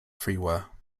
freeware